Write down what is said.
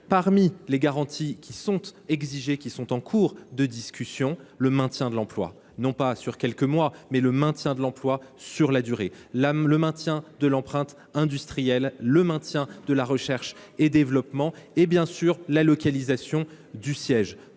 Parmi les garanties exigées, qui sont en cours de discussion, il y a le maintien de l’emploi, non pas sur quelques mois, mais bien sur la durée,… Comment ?… le maintien de l’empreinte industrielle, le maintien de la recherche et développement et, bien sûr, la localisation du siège